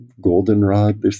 goldenrod